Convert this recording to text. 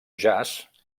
jaç